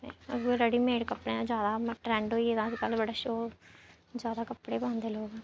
उ'यै ready made कपड़ें दा जैदा ट्रैंड होई गेदा अज्जकल बड़ा शो जैदा कपड़े पांदे लोक